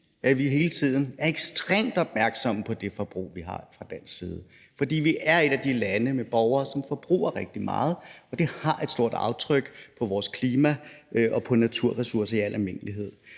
at vi hele tiden er ekstremt opmærksomme på det forbrug, vi har fra dansk side, fordi vi er et af de lande med borgere, som forbruger rigtig meget, og det har et stort aftryk på vores klima og på naturressourcer i al almindelighed.